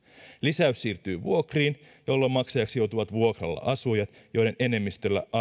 lisäys siirtyy vuokriin jolloin maksajiksi joutuvat vuokralla asujat joiden enemmistöllä